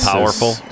Powerful